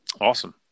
Awesome